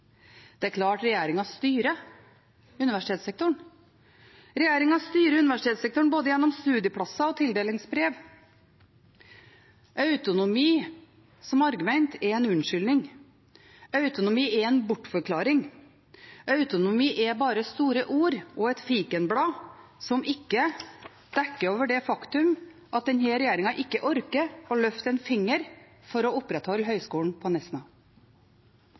Det er klart regjeringen styrer universitetssektoren. Regjeringen styrer universitetssektoren gjennom både studieplasser og tildelingsbrev. Autonomi som argument er en unnskyldning. Autonomi er en bortforklaring. Autonomi er bare store ord og et fikenblad som ikke dekker over det faktum at denne regjeringen ikke orker å løfte en finger for å opprettholde Høgskolen i Nesna.